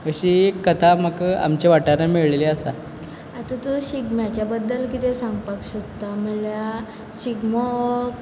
अशी एक कथा म्हाका आमच्या वाठारान मेयळेळी आसा आतां तूं शिगम्याचे बद्दल कितें सांगपाक शकता म्हणल्यार शिगमो हो